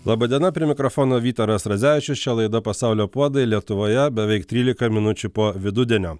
laba diena prie mikrofono vytaras radzevičius čia laida pasaulio puodai lietuvoje beveik trylika minučių po vidudienio